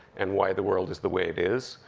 and why the world is the way it is,